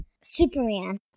Superman